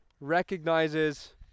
recognizes